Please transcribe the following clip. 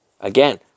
Again